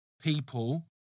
people